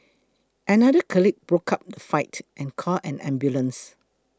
another colleague broke up the fight and called an ambulance